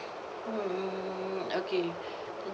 mm okay